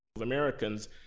Americans